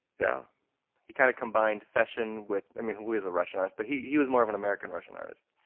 yeah he kind of combined fechin with, i mean, who is a russian artist but he he was more of an american russian artist.